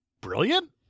brilliant